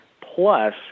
plus